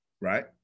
Right